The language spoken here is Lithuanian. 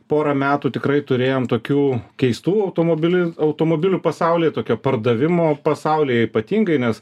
porą metų tikrai turėjom tokių keistų automobilį automobilių pasaulyje tokio pardavimo pasaulyje ypatingai nes